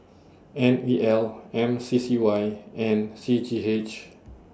N E L M C C Y and C G H